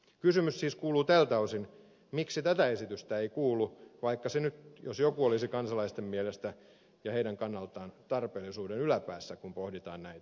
kysymys siis kuuluu tältä osin miksi tätä esitystä ei kuulu vaikka se nyt jos joku olisi kansalaisten mielestä ja heidän kannaltaan tarpeellisuuden yläpäässä kun pohditaan näitä